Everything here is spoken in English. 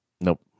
Nope